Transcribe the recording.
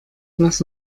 lass